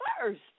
first